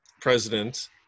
president